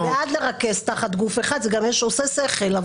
אנחנו בעד לרכז תחת גוף אחד, זה עושה שכל.